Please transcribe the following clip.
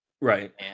right